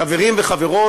חברים וחברות,